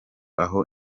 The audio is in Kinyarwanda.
aho